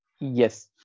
Yes